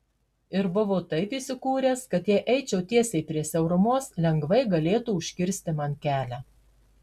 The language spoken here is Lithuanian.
ir buvo taip įsikūręs kad jei eičiau tiesiai prie siaurumos lengvai galėtų užkirsti man kelią